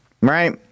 Right